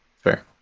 Fair